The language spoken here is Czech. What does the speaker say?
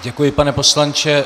Děkuji, pane poslanče.